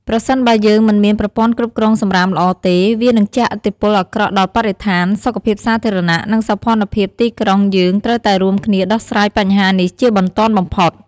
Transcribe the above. ប្រសិនបើយើងមិនមានប្រព័ន្ធគ្រប់គ្រងសំរាមល្អទេ វានឹងជះឥទ្ធិពលអាក្រក់ដល់បរិស្ថាន សុខភាពសាធារណៈ និងសោភ័ណភាពទីក្រុងយើងត្រូវតែរួមគ្នាដោះស្រាយបញ្ហានេះជាបន្ទាន់បំផុត។